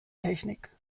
technik